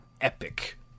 epic